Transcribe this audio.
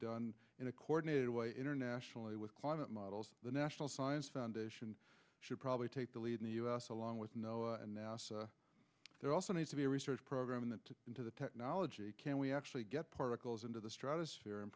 done in a coordinated way internationally with quantum models the national science foundation should probably take the lead in the u s along with know and there also needs to be a research program that into the technology can we actually get particles into the stratospher